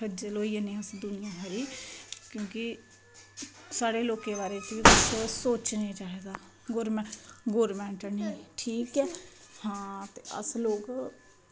खज्जल होई जन्ने आस दुनियांदारी च क्योंकि साढ़े सोकें बारे च कु सोचने चाही दा गौरमैंट ने ठीक ऐ हां ते अस लोग